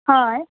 हय